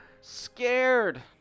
scared